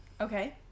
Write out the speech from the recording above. Okay